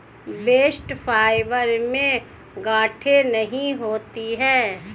bast fibre में गांठे नहीं होती है